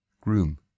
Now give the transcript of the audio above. Groom